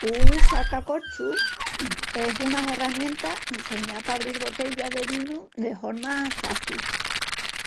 Un sacacorchus es una herramienta inseñá pa abril botellas de vinu de horma faci.